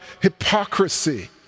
hypocrisy